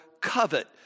covet